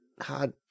hard